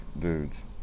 dudes